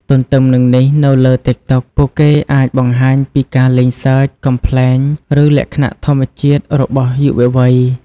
ទន្ទឹមនឹងនេះ នៅលើ TikTok ពួកគេអាចបង្ហាញពីភាពលេងសើច កំប្លែង ឬលក្ខណៈធម្មជាតិរបស់យុវវ័យ។